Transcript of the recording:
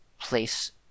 place